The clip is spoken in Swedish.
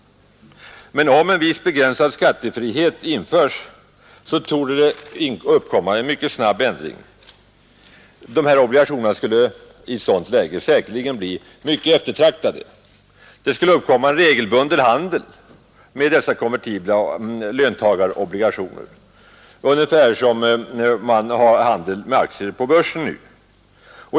Men om en viss, begränsad skattefrihet införs, så torde en mycket snabb ändring inträda. Dessa obligationer skulle i ett sådant läge säkerligen bli mycket eftertraktade. Det skulle uppkomma en regelbunden handel med dessa konvertibla löntagarobligationer ungefär som man nu har handel med aktier på börsen.